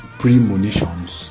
premonitions